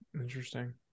interesting